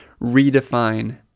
redefine